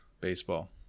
baseball